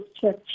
church